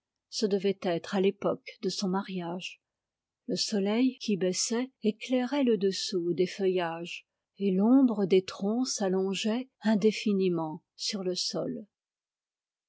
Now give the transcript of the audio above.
ce devait être à l'époque de son mariage le soleil qui baissait éclairait le dessous des feuillages et l'ombre des troncs s'allongeait indéfiniment sur le sol